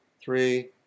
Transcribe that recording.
three